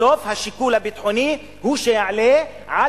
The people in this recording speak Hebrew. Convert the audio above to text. בסוף השיקול הביטחוני הוא שיעלה על